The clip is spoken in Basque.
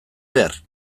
behar